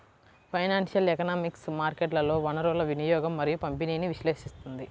financial economics మార్కెట్లలో వనరుల వినియోగం మరియు పంపిణీని విశ్లేషిస్తుంది